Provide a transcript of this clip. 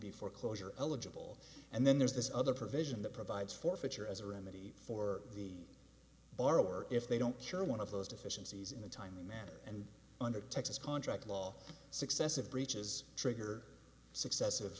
be foreclosure eligible and then there's this other provision that provides forfeiture as a remedy for the borrower if they don't share one of those deficiencies in a timely manner and under texas contract law successive breaches trigger successive